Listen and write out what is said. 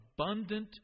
abundant